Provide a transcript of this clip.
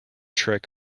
trick